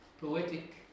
poetic